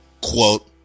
Quote